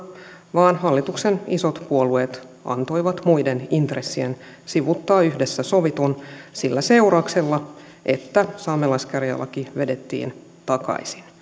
vaan hallituksen isot puolueet antoivat muiden intressien sivuuttaa yhdessä sovitun sillä seurauksella että saamelaiskäräjälaki vedettiin takaisin